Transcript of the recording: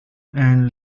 and